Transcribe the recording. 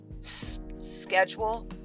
schedule